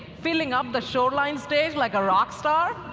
filling up the shoreline stage like a rock star,